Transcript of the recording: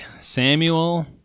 Samuel